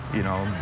you know,